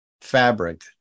fabric